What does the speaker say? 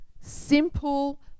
simple